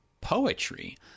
poetry